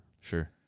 Sure